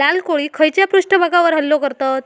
लाल कोळी खैच्या पृष्ठभागावर हल्लो करतत?